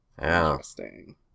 interesting